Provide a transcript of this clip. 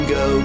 go